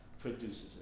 produces